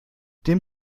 dem